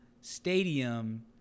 stadium